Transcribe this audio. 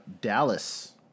Dallas